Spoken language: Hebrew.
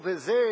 וזה,